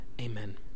Amen